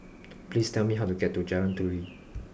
please tell me how to get to Jalan Turi